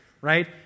right